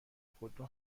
خودرو